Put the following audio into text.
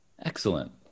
Excellent